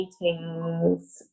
meetings